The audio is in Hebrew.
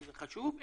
וזה חשוב,